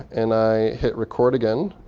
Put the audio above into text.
and i hit record again